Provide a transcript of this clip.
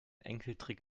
enkeltrick